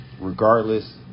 regardless